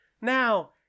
Now